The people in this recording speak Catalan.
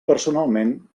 personalment